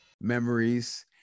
memories